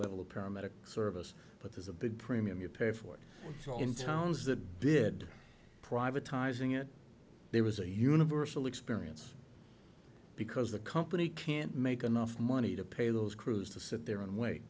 level of paramedic service but there's a big premium you pay for it so in towns that did privatizing it there was a universal experience because the company can't make enough money to pay those crews to sit there